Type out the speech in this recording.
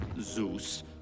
Zeus